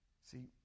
See